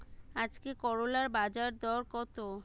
আজকে করলার বাজারদর কত?